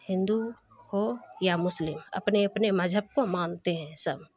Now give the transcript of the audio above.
ہندو ہو یا مسلم اپنے اپنے مذہب کو مانتے ہیں سب